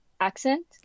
accent